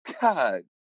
God